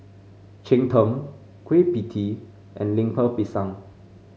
Cheng Tng Kueh Pie Tee and Lemper Pisang